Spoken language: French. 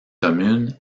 commune